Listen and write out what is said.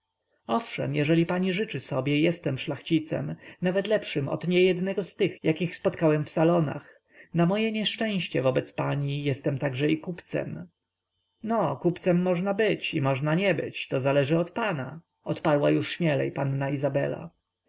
owszem jeżeli pani życzy sobie jestem szlachcicem nawet lepszym od niejednego z tych jakich spotykałem w salonach na moje nieszczęście wobec pani jestem także i kupcem no kupcem można być i można nie być to zależy od pana odparła już śmielej panna izabela